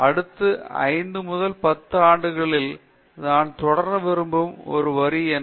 அடுத்த 5 முதல் 10 ஆண்டுகளில் நான் தொடர விரும்பும் ஒரு வரி என்ன